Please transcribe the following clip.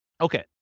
Okay